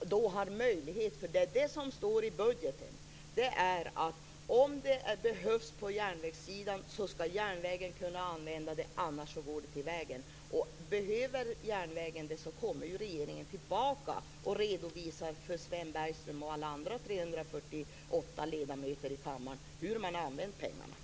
Det som står i budgeten är att om pengarna behövs på järnvägssidan skall de kunna användas av järnvägen, annars går de till vägarna. Behöver järnvägen pengarna, så kommer ju regeringen tillbaka och redovisar för Sven Bergström och alla andra 348 ledamöter i kammaren hur man har använt pengarna.